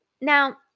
Now